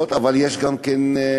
אבל יש גם חירשים.